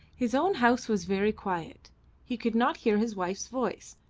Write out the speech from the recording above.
his own house was very quiet he could not hear his wife's voice,